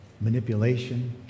manipulation